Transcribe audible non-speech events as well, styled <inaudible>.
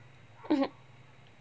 <laughs>